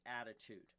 attitude